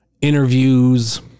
interviews